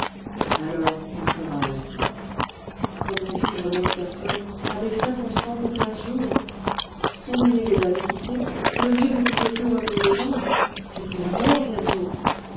alors elle pleura aussi comment vivre neuf personnes avec cinquante francs pour quinze jours son aîné les avait quittés le vieux ne pouvait plus remuer les jambes c'était la mort bientôt